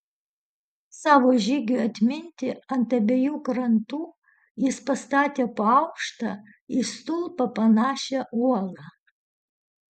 savo žygiui atminti ant abiejų krantų jis pastatė po aukštą į stulpą panašią uolą